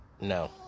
no